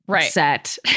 set